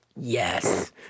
Yes